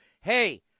hey